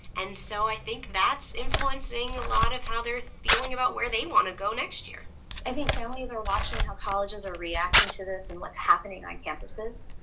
and so i think that's influencing a lot of how they're feeling about where they want to go next year i think families are watching how colleges are reacting to this and what's happening on campuses,